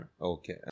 Okay